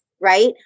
right